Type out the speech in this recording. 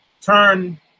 turn